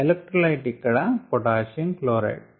electrolyte ఇక్కడ potassium chloride